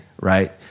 right